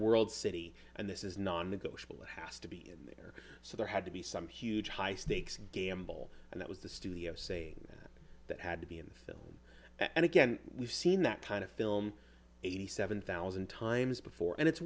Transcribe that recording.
world city and this is non negotiable has to be so there had to be some huge high stakes gamble and that was the studio saying that that had to be in the film and again we've seen that kind of film eighty seven thousand times before and it's